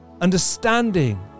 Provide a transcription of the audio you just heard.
understanding